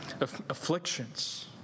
afflictions